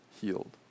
healed